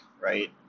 right